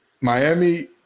Miami